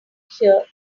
here